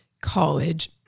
college